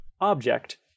object